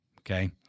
okay